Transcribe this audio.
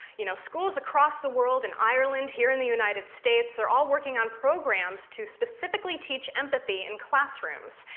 you know, schools across the world, in ireland, here in the united states, are all working on programs to specifically teach empathy in classrooms,